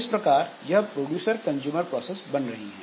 इस प्रकार यह प्रोड्यूसर कंस्यूमर प्रोसेस बन रही है